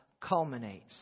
culminates